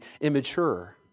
immature